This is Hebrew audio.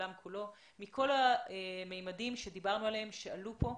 לעולם כולו מכל הממדים עליהם דיברנו ושעלו כאן.